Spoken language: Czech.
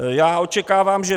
Já očekávám, že